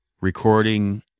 recording